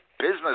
Business